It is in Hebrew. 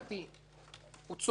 האם הוא צודק,